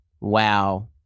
Wow